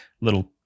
little